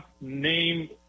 name